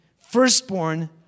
firstborn